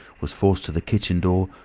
was forced to the kitchen door,